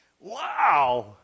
Wow